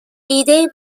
ایدهای